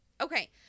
Okay